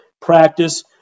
practice